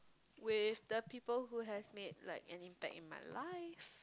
with the people who has made like an impact in my life